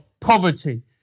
poverty